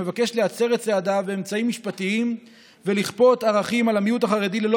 יש מי שמבקש להצר את צעדיו של המיעוט החרדי באמצעים